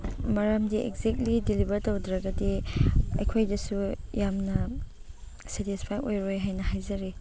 ꯃꯔꯝꯗꯤ exactly deliver ꯇꯧꯗ꯭ꯔꯒꯗꯤ ꯑꯩꯈꯣꯏꯗꯁꯨ ꯌꯥꯝꯅ ꯁꯦꯇꯤꯁꯐꯥꯏꯠ ꯑꯣꯏꯔꯣꯏ ꯍꯥꯏꯅ ꯍꯥꯏꯖꯔꯤ